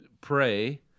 pray